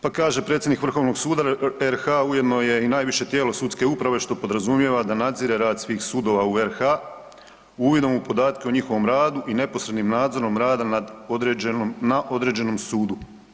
Pa kaže: „Predsjednik Vrhovnog suda RH ujedno je i najviše tijelo sudske uprave što podrazumijeva da nadzire rad svih sudova u RH uvidom u podatke o njihovom radu i neposrednim nadzorom rada na određenom sudu.